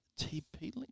TP-Link